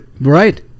Right